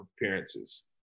appearances